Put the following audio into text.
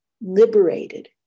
liberated